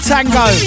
Tango